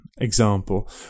example